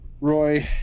Roy